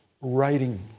writing